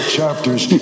chapters